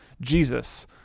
Jesus